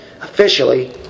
officially